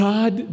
God